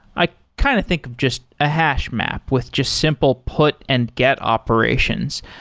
i kind of think of just a hash map with just simple put and get operations.